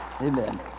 Amen